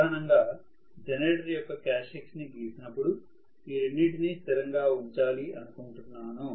సాధారణంగా జనరేటర్ యొక్క క్యారెక్టర్స్టిక్స్ ని గీసినపుడు ఈ రెండిటిని స్థిరంగా ఉంచాలి అనుకుంటున్నాను